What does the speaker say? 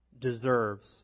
deserves